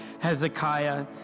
Hezekiah